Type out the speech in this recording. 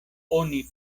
oni